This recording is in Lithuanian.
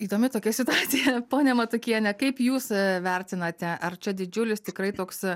įdomi tokia situacija ponia matukiene kaip jūs vertinate ar čia didžiulis tikrai toks